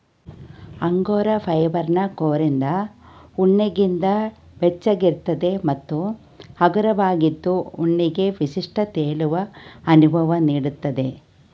angora ಫೈಬರ್ನ ಕೋರಿಂದ ಉಣ್ಣೆಗಿಂತ ಬೆಚ್ಚಗಿರ್ತದೆ ಮತ್ತು ಹಗುರವಾಗಿದ್ದು ಉಣ್ಣೆಗೆ ವಿಶಿಷ್ಟ ತೇಲುವ ಅನುಭವ ನೀಡ್ತದೆ